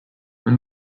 when